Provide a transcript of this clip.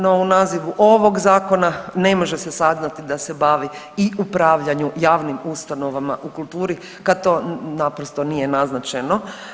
No u nazivu ovog zakona ne može se saznati da se bavi i upravljanju javnim ustanovama u kulturi kad to naprosto nije naznačeno.